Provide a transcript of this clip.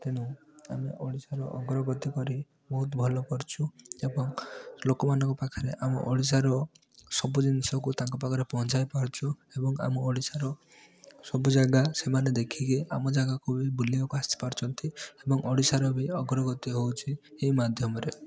ତେଣୁ ଆମେ ଓଡ଼ିଶାର ଅଗ୍ରଗତି କରି ବହୁତ ଭଲ କରିଛୁ ଏବଂ ଲୋକମାନଙ୍କ ପାଖରେ ଆମ ଓଡ଼ିଶାର ସବୁ ଜିନିଷକୁ ତାଙ୍କ ପାଖରେ ପହଞ୍ଚାଇ ପାରୁଛୁ ଏବଂ ଆମ ଓଡ଼ିଶାର ସବୁ ଜାଗା ସେମାନେ ଦେଖିକି ଆମ ଜାଗାକୁ ବି ବୁଲିବାକୁ ଆସିପାରୁଛନ୍ତି ଏବଂ ଓଡ଼ିଶାର ବି ଅଗ୍ରଗତି ହେଉଛି ଏଇ ମାଧ୍ୟମରେ